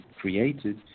created